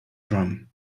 drum